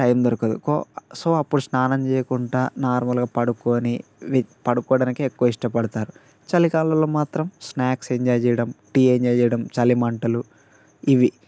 time దొరకదు కో so అప్పుడు స్నానం చేయకుండా నార్మల్గా పడుకోని పడుకోవడానికే ఎక్కువ ఇష్టపడతారు చలికాలంలో మాత్రం స్నాక్స్ ఎంజాయ్ చేయటం టీ ఎంజాయ్ చేయటం చలిమంటలు ఇవి